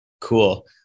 Cool